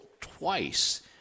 twice